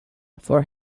for